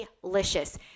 Delicious